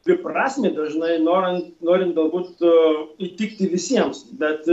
dviprasmiai dažnai norą norint galbūt įtikti visiems bet